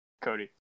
cody